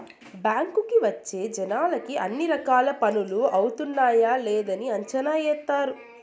బ్యాంకుకి వచ్చే జనాలకి అన్ని రకాల పనులు అవుతున్నాయా లేదని అంచనా ఏత్తారు